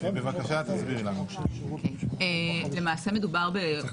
אנחנו עוברים לנושא הבא